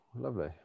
lovely